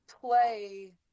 play